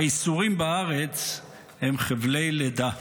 והייסורים בארץ הם חבלי לידה,